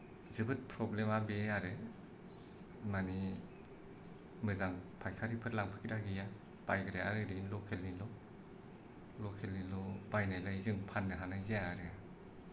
जोबोद प्रब्लेमा बे आरो माने मोजां फायखारिफोर लांफैग्रा गैया बायग्राया ओरै लकेल निल' लकेल निल' बायनायलाय जों फाननो हानाय जाया आरो